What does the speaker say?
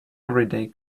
everyday